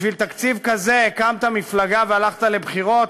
בשביל תקציב כזה הקמת מפלגה והלכת לבחירות?